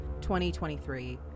2023